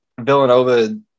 Villanova